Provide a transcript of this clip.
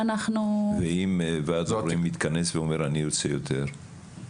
ואם ועד הורים מתכנס ואומר אני רוצה יותר?